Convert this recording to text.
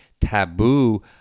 taboo